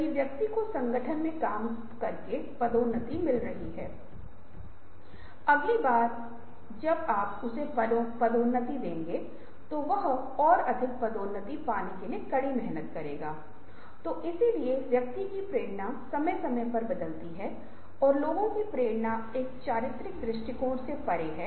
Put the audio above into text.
क्योंकि हर किसी के पास कुछ रचनात्मकता राशि होनी चाहिए कुछ असाधारण रूप से नवप्रवर्तक हो सकते हैं कुछ नवोन्मेष में कम हो सकते हैं लेकिन ऐसा नहीं है कि कुछ लोगों के पास है और कुछ के पास नहीं है